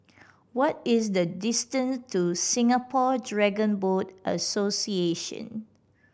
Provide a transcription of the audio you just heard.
what is the distance to Singapore Dragon Boat Association